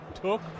took